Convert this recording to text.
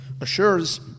assures